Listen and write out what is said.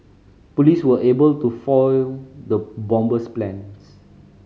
police were able to foil the bomber's plans